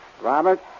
Robert